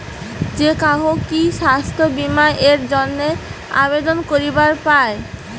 যে কাহো কি স্বাস্থ্য বীমা এর জইন্যে আবেদন করিবার পায়?